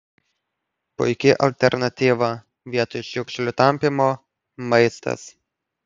puiki alternatyva vietoj šiukšlių tampymo maistas